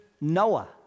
Noah